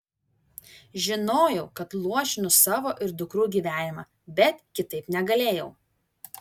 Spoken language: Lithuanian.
žinojau kad luošinu savo ir dukrų gyvenimą bet kitaip negalėjau